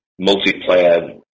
multiplayer